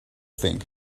thing